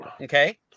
Okay